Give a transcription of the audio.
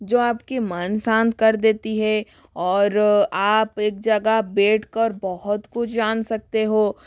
जो आपके मान शांत कर देती है और आप एक जगह बैठकर बहुत कुछ जान सकते हो